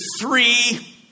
three